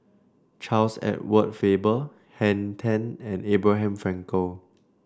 Charles Edward Faber Henn Tan and Abraham Frankel